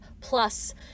plus